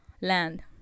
land